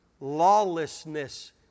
Lawlessness